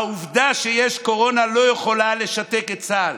"העובדה שיש קורונה לא יכולה לא יכולה לשתק את צה"ל.